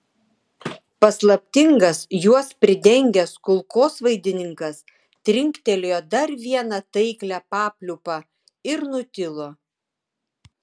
paslaptingas juos pridengęs kulkosvaidininkas trinktelėjo dar vieną taiklią papliūpą ir nutilo